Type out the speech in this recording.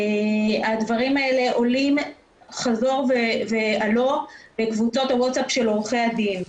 הדברים האלה עולים חזור ועלה בקבוצות הוואטס אפ של עורכי הדין.